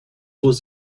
was